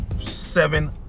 seven